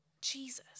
Jesus